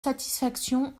satisfaction